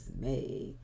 made